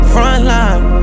Frontline